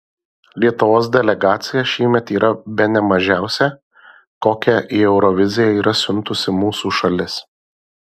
lietuvos delegacija šiemet yra bene mažiausia kokią į euroviziją yra siuntusi mūsų šalis